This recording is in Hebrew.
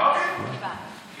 אוקיי, אני